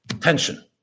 tension